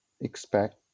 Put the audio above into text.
expect